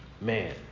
man